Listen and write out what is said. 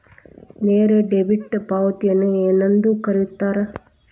ನೇರ ಡೆಬಿಟ್ ಪಾವತಿಯನ್ನು ಏನೆಂದು ಕರೆಯುತ್ತಾರೆ?